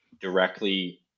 directly